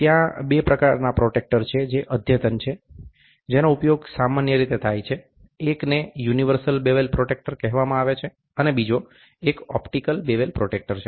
ત્યાં બે પ્રકારના પ્રોટ્રેક્ટર છે જે અદ્યતન છે જેનો ઉપયોગ સામાન્ય રીતે થાય છે એક ને યુનિવર્સલ બેવલ પ્રોટ્રેક્ટર કહેવામાં આવે છે બીજો એક ઓપ્ટિકલ બેવલ પ્રોટ્રેક્ટર છે